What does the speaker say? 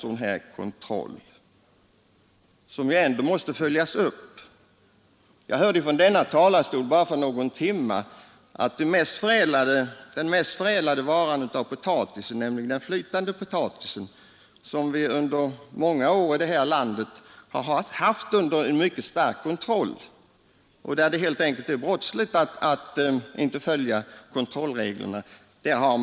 För bara någon timme sedan hörde jag från denna talarstol att kontrollen av tillverkningen av den mest förädlade produkten av potatisen, nämligen den flytande potatisen, som under många år varit mycket stark, börjar brista, detta trots att det är starkt brottsligt att göra överträdelser.